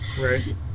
Right